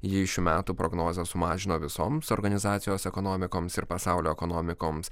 ji šių metų prognozes sumažino visoms organizacijos ekonomikoms ir pasaulio ekonomikoms